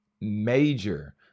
major